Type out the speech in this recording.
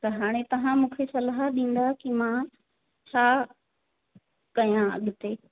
त हाणे तव्हां मूंखे सलाह ॾींदव की मां छा कयां अॻिते